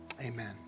Amen